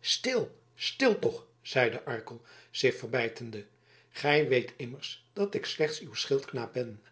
stil stil toch zeide arkel zich verbijtende gij weet immers dat ik slechts uw schildknaap ben